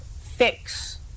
fix